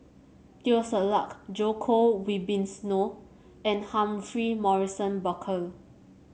Teo Ser Luck Djoko Wibisono and Humphrey Morrison Burkill